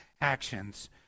actions